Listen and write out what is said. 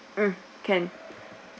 hmm can